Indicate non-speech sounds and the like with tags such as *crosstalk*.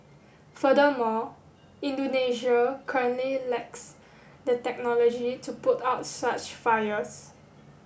furthermore Indonesia *unintelligible* lacks the technology to put out such fires